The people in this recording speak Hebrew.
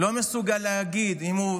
שלא מסוגל להגיד אם הוא